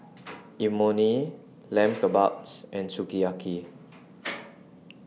Imoni Lamb Kebabs and Sukiyaki